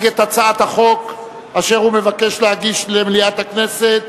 את הצעת החוק אשר הוא מבקש להגיש למליאת הכנסת,